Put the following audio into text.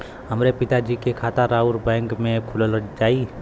हमरे पिता जी के खाता राउर बैंक में खुल जाई?